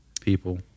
people